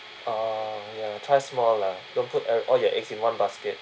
ah ya try small lah don't put all your eggs in one basket